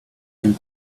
and